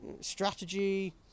strategy